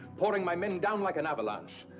pouring my men down like an avalanche.